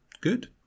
good